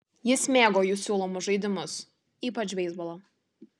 jis mėgo jų siūlomus žaidimus ypač beisbolą